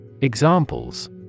Examples